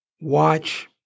watch